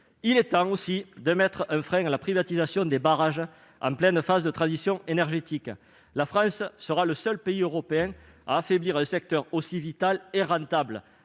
Il est temps de mettre un frein à la privatisation des barrages en pleine phase de transition énergétique. La France sera le seul pays européen à affaiblir un secteur aussi vital et rentable